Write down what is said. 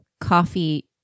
coffee